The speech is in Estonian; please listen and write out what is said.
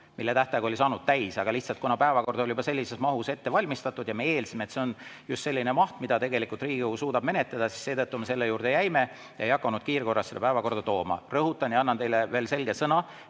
mille tähtaeg oli saanud täis, aga lihtsalt, kuna päevakord oli juba sellises mahus ette valmistatud ja me eeldasime, et see on just selline maht, mida tegelikult Riigikogu suudab menetleda, siis seetõttu me selle juurde jäime. Me ei hakanud kiirkorras seda [ühte eelnõu veel] päevakorda tooma. Rõhutan ja annan teile veel selge sõna,